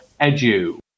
Edu